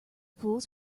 fools